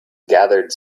gathered